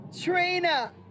Trina